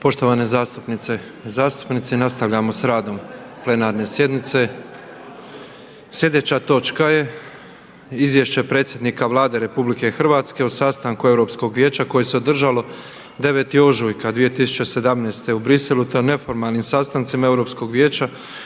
Poštovane zastupnice i zastupnici, nastavljamo sa radom plenarne sjednice. Sljedeća točka je - Izvješće predsjednika Vlade Republike Hrvatske o sastanku Europskog vijeća koje se održalo 9. ožujka 2017. u Bruxellesu te o neformalnim sastancima Europskog vijeća